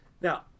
Now